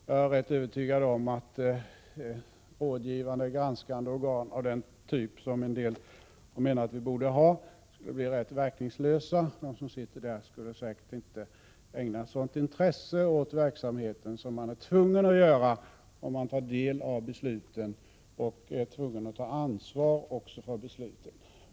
Jag är rätt övertygadom 13 maj 1987 att rådgivande och granskande organ av den typ som en del menar att vi i vS Te = i ig z Ledningen av den statborde ha skulle bli rätt verkningslösa. De som sitter där skulle säkert inte, oc. h liga förvaltningen ägna sådant intresse åt verksamheten som man är tvungen att göra, om man tar del av besluten och också måste ta ansvar för besluten.